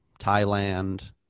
Thailand